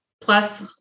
plus